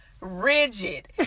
rigid